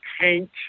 paint